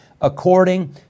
according